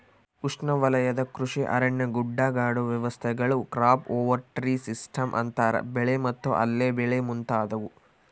ಉಷ್ಣವಲಯದ ಕೃಷಿ ಅರಣ್ಯ ಗುಡ್ಡಗಾಡು ವ್ಯವಸ್ಥೆಗಳು ಕ್ರಾಪ್ ಓವರ್ ಟ್ರೀ ಸಿಸ್ಟಮ್ಸ್ ಅಂತರ ಬೆಳೆ ಮತ್ತು ಅಲ್ಲೆ ಬೆಳೆ ಮುಂತಾದವು